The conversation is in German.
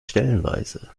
stellenweise